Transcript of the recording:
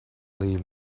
leave